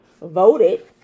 voted